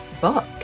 book